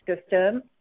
system